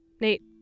Nate